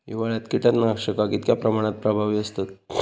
हिवाळ्यात कीटकनाशका कीतक्या प्रमाणात प्रभावी असतत?